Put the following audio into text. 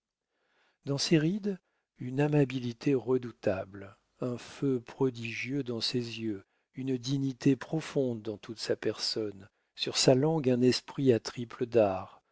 dans ses rides une amabilité redoutable un feu prodigieux dans ses yeux une dignité profonde dans toute sa personne sur sa langue un esprit à triple dard